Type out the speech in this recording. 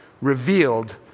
revealed